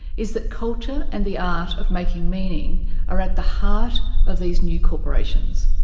is that culture and the art of making meaning are at the heart of these new corporations.